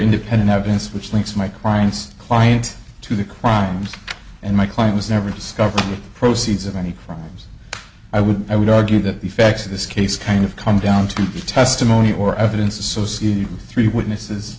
independent evidence which links my client's client to the crimes in my client was never discovered the proceeds of any crimes i would i would argue that the facts of this case kind of come down to testimony or evidence associated with three witnesses